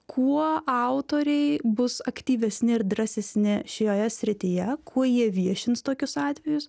kuo autoriai bus aktyvesni ir drąsesni šioje srityje kuo jie viešins tokius atvejus